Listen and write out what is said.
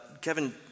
Kevin